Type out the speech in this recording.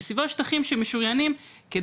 ומסביבו יש שטחים שמשוריינים על מנת